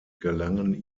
gelangen